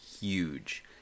huge